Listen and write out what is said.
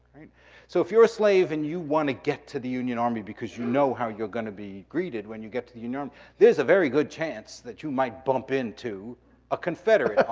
so, if you're a slave and you wanna get to the union army because you know how you're gonna be greeted when you get to the union there's a very good chance that you might bump into a confederate